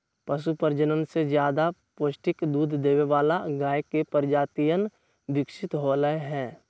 पशु प्रजनन से ज्यादा पौष्टिक दूध देवे वाला गाय के प्रजातियन विकसित होलय है